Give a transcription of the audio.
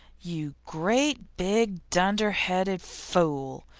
you great big dunderheaded fool!